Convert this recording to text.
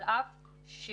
על אף ששוב,